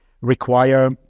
require